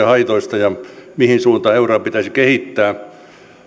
haitoista ja siitä mihin suuntaan euroa pitäisi kehittää